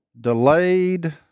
delayed